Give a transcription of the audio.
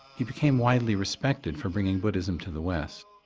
he became widely respected for bringing buddhism to the west.